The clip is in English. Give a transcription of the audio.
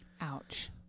Ouch